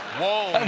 whoa and